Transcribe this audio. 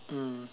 mm